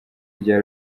rya